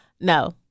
No